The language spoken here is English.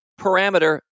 parameter